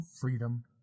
Freedom